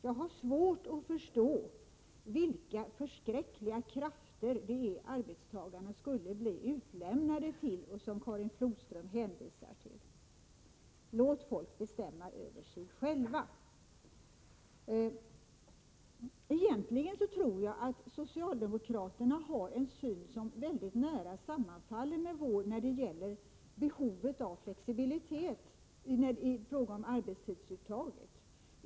Jag har svårt att förstå vilka förskräckliga krafter det är arbetstagarna enligt Karin Flodström skulle bli utlämnade till. Låt folk bestämma över sig själva! Egentligen tror jag att socialdemokraterna har en syn som väldigt nära sammanfaller med vår när det gäller behovet av flexibilitet i fråga om arbetstidsuttaget.